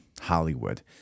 Hollywood